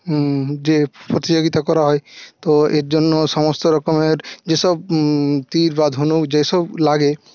যে প্রতিযোগিতা করা হয় তো এর জন্য সমস্ত রকমের যে সব তীর বা ধনুক যে সব লাগে